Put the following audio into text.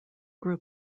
grew